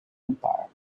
empire